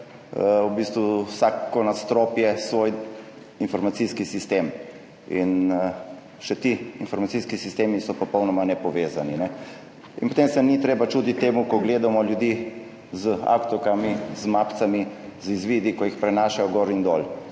v bistvu vsako nadstropje svoj informacijski sistem. In še ti informacijski sistemi so popolnoma nepovezani. In potem se ni treba čuditi temu, ko gledamo ljudi z aktovkami, z mapicami, z izvidi, ki jih prenašajo gor in dol.